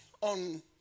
on